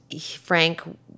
Frank